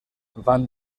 van